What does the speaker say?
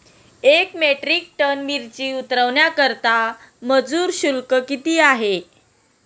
एक metric ton मिरची उतरवण्याकरता मजुर शुल्क किती आहे?